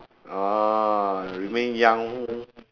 orh you mean young